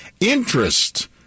interest